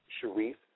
Sharif